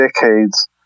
decades